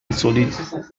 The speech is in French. insolite